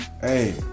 hey